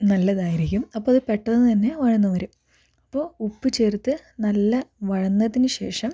നല്ലതായിരിക്കും അപ്പം ഇത് പെട്ടെന്ന് തന്നെ വഴന്ന് വരും അപ്പോൾ ഉപ്പ് ചേർത്ത് നല്ല വഴന്നതിന് ശേഷം